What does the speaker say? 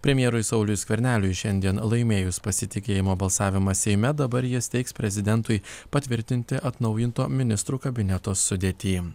premjerui sauliui skverneliui šiandien laimėjus pasitikėjimo balsavimą seime dabar jis teiks prezidentui patvirtinti atnaujinto ministrų kabineto sudėtį